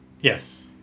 Yes